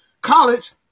college